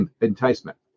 enticement